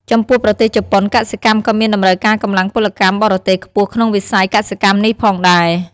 ចំពោះប្រទេសជប៉ុនកសិកម្មក៏មានតម្រូវការកម្លាំងពលកម្មបរទេសខ្ពស់ក្នុងវិស័យកសិកម្មនេះផងដែរ ។